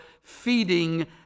feeding